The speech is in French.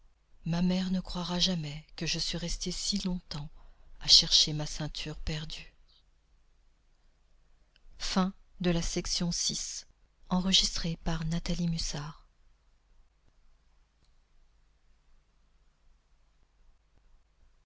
ma mère ne croira jamais que je suis restée si longtemps à chercher ma ceinture perdue